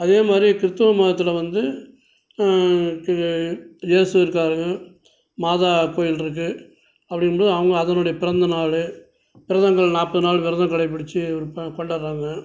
அதேமாதிரி கிறித்துவ மதத்தில் வந்து க இயேசு இருக்காங்க மாதா கோவில் இருக்குது அப்படிம் போது அவங்க அதனுடைய பிறந்த நாள் விரதங்கள் நாற்பது நாள் விரதம் கடைபிடித்து ஒரு ப கொண்டாடுறாங்க